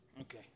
Okay